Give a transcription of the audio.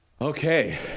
okay